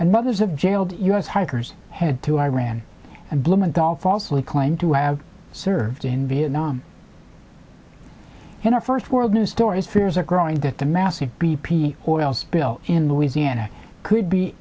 and mothers of jailed u s hikers head to iran and blumenthal falsely claimed to have served in vietnam and are first world news stories fears are growing that the massive b p oil spill in louisiana could be